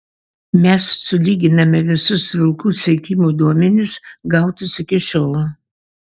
mes sulyginame visus vilkų sekimo duomenis gautus iki šiol